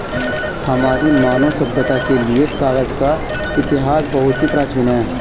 हमारी मानव सभ्यता के लिए कागज का इतिहास बहुत ही प्राचीन है